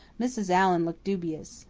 mrs. allan looked dubious.